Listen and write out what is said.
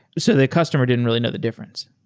so the customer didn't really know the difference.